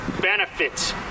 benefits